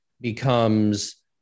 becomes